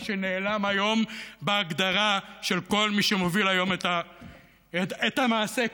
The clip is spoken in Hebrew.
מה שנעלם היום בהגדרה של כל מי שמוביל היום את המעשה כאן,